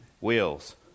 wheels